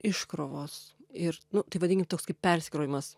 iškrovos ir nu tai vadinkim toks kaip persikrovimas